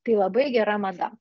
tai labai gera mada